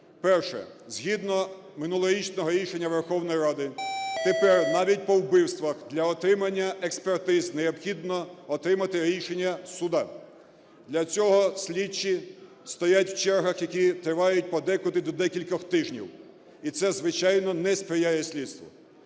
Перше. Згідно минулорічного рішення Верховної Ради тепер навіть по вбивствах для отримання експертиз необхідно отримати рішення суду. Для цього слідчі стоять у чергах, які тривають подекуди до декількох тижнів, і це, звичайно, не сприяє слідству.